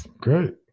great